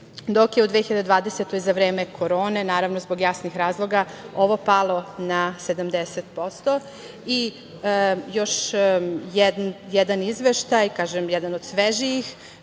dok je u 2020. godini za vreme korone, naravno zbog jasnih razloga, ovo palo na 70%.Još jedan izveštaj, kažem, jedan od svežijih